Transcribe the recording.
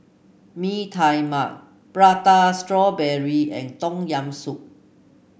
Mee Tai Mak Prata Strawberry and Tom Yam Soup